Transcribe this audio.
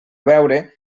veure